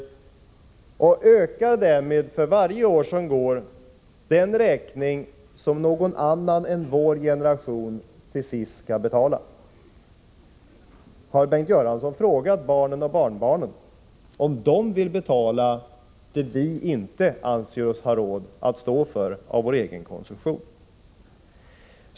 Därmed ökar de för varje år som går den räkning som någon annan än vår generation till sist skall betala. Har Bengt Göransson frågat barnen och barnbarnen om de vill betala det vi inte anser oss ha råd att stå för genom att avstå från vår egen konsumtion?